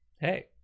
Hey